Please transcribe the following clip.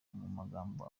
magambo